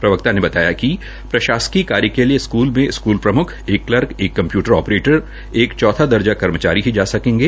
प्रवक्ता ने बताया कि प्रशासकीय कार्य के लिए स्कूल प्रम्ख एक कर्ल्क एक कम्प्यूटर आपरेटर एक चौथा दर्जा कर्मचारी ही जा सकेंगे